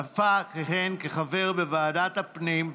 נפאע כיהן כחבר בוועדת הפנים,